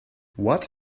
what